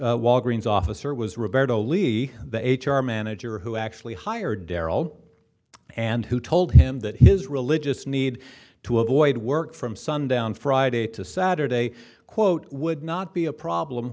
walgreens officer was roberto levy the h r manager who actually hired darryl and who told him that his religious need to avoid work from sundown friday to saturday quote would not be a problem